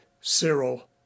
cyril